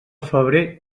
febrer